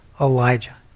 Elijah